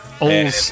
old